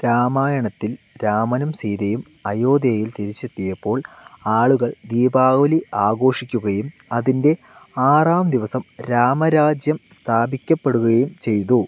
രാമായണത്തിൽ രാമനും സീതയും അയോധ്യയിൽ തിരിച്ചെത്തിയപ്പോൾ ആളുകൾ ദീപാവലി ആഘോഷിക്കുകയും അതിൻ്റെ ആറാം ദിവസം രാമരാജ്യം സ്ഥാപിക്കപ്പെടുകയും ചെയ്തു